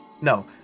No